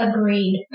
Agreed